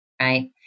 right